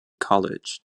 college